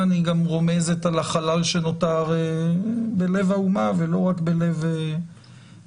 היא גם רומזת על החלל שנותר בלב האומה ולא רק בלב המשפחות,